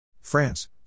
France